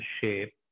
shape